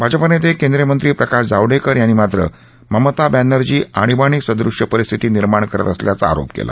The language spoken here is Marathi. भाजपा नेते केंद्रीय मंत्री प्रकाश जावडेकर यांनी मात्र ममता बॅनर्जी आणिबाणीसदृश्य परिस्थिती निर्माण करत असल्याचा अरोप केला